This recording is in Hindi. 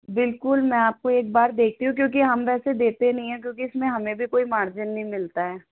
बिल्कुल मैं आपको एक बार देती हूँ क्योंकि हम वैसे देते नहीं हैं क्योंकि इसमें हमें भी कोई मार्जिन नहीं मिलता है